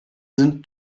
sind